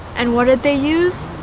and what did they use?